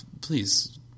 please